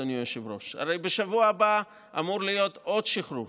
אדוני היושב-ראש: הרי בשבוע הבא אמור להיות עוד שחרור,